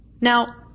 Now